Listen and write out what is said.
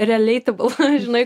realiai taip na žinai